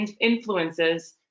influences